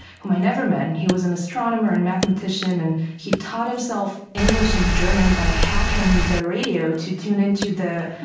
whom i never met and he was an astronomer and mathematician, and he taught himself english and german by hacking the radio to tune into the